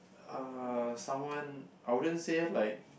uh someone I wouldn't say like